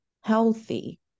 healthy